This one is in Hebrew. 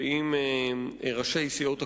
ועם ראשי סיעות הקואליציה,